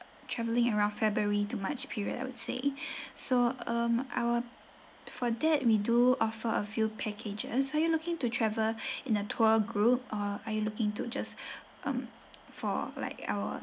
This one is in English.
travelling around february to march period I would say so um our for that we do offer a few packages are you looking to travel in a tour group or are you looking to just um for like our